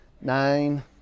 nine